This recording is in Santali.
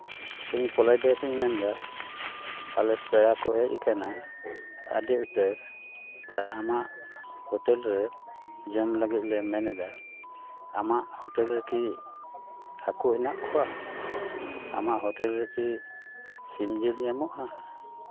ᱤᱧ ᱯᱚᱞᱟᱥᱰᱤᱦᱟ ᱠᱷᱚᱱᱤᱧ ᱢᱮᱱᱫᱟ ᱟᱞᱮ ᱯᱮᱲᱟ ᱠᱚ ᱦᱮᱡ ᱠᱟᱱᱟ ᱟᱹᱰᱤ ᱩᱛᱟᱹᱨ ᱟᱢᱟᱜ ᱦᱳᱴᱮᱞ ᱨᱮ ᱡᱚᱢ ᱞᱟᱹᱜᱤᱫ ᱞᱮ ᱢᱮᱱ ᱮᱫᱟ ᱟᱢᱟᱜ ᱦᱳᱴᱮᱞ ᱨᱮᱠᱤ ᱦᱟᱹᱠᱩ ᱦᱮᱱᱟᱜ ᱠᱚᱣᱟ ᱟᱢᱟᱜ ᱦᱳᱴᱮᱞ ᱨᱮᱠᱤ ᱥᱤᱢ ᱡᱤᱞ ᱧᱟᱢᱚᱜᱼᱟ